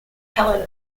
helena